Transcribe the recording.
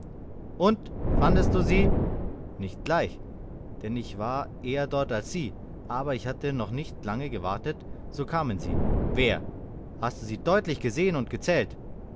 und fandest du sie nicht gleich denn ich war eher dort als sie aber ich hatte noch nicht lange gewartet so kamen sie wer hast du sie deutlich gesehen und gezählt